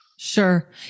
Sure